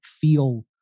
feel